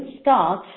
start